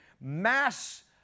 mass